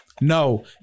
No